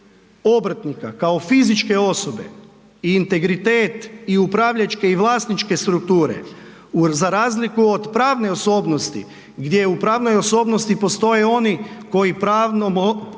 obrtnika kao fizičke osobe i integritet i upravljačke i vlasničke strukture za razliku od pravne osobnosti gdje u pravnoj osobnosti postoje oni koji pravnom